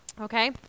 Okay